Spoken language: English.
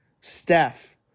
Steph